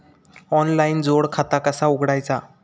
Online जोड खाता कसा उघडायचा?